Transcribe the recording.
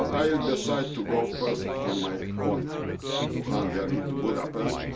i ah decide to go first on my own to hungary, to budapest,